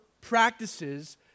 practices